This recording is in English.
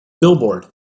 billboard